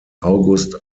august